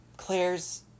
Claire's